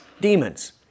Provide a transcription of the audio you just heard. demons